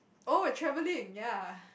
oh travelling ya